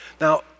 Now